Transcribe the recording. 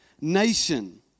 nation